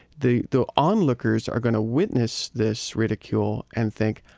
the the onlookers are going to witness this ridicule, and think,